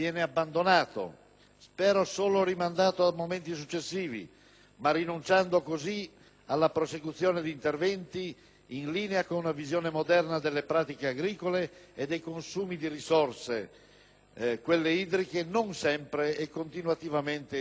spero solo rimandato a momenti successivi - ma rinunciando così alla prosecuzione di interventi, in linea con una visione moderna delle pratiche agricole e dei consumi di risorse, quelle idriche, non sempre e continuativamente disponibili.